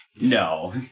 No